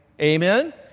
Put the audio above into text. Amen